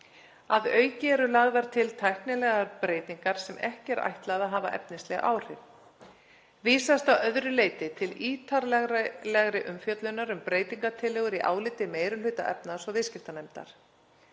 Að auki eru lagðar til tæknilegar breytingar sem ekki er ætlað að hafa efnisleg áhrif. Vísast að öðru leyti til ítarlegrar umfjöllunar um breytingartillögur í áliti meiri hluta efnahags- og viðskiptanefndar.